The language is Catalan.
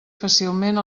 fàcilment